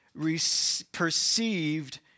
perceived